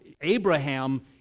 Abraham